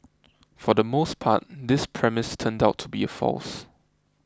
for the most part this premise turned out to be a false